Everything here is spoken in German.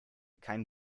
kein